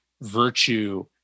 virtue